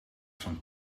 van